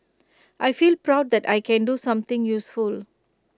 I feel proud that I can do something useful